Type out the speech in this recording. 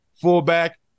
fullback